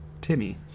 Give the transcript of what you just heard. Timmy